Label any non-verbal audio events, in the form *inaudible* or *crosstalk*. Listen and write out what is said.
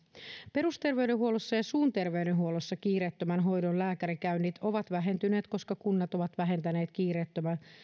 perusterveydenhuollossa ja suun terveydenhuollossa kiireettömän hoidon lääkärikäynnit ovat vähentyneet koska kunnat ovat vähentäneet *unintelligible* *unintelligible*